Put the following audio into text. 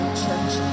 church